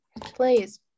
Please